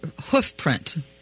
hoofprint